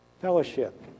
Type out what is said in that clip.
Fellowship